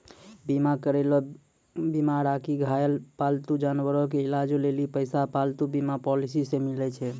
बीमा करैलो बीमार आकि घायल पालतू जानवरो के इलाजो लेली पैसा पालतू बीमा पॉलिसी से मिलै छै